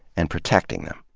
and protecting them.